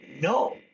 no